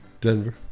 Denver